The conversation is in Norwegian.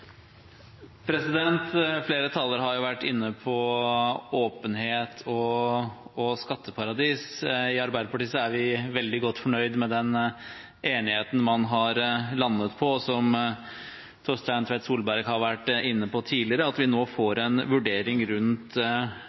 veldig godt fornøyd med den enigheten man har landet på, og som Torstein Tvedt Solberg har vært inne på tidligere, at vi nå får en vurdering av praksisen rundt